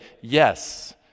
yes